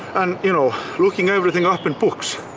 and you know looking everything up in books.